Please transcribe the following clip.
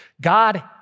God